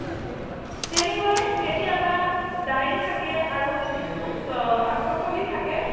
তেনেকৈ কেতিয়াবা দাইল থাকে আৰু কিছু শাক পাচলি থাকে